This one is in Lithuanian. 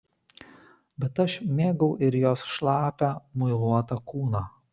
bet aš mėgau ir jos šlapią muiluotą kūną